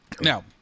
Now